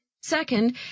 Second